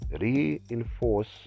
reinforce